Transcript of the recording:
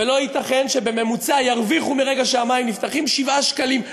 ולא ייתכן שבממוצע ירוויחו מרגע שהמים נפתחים 7 שקלים.